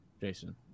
Jason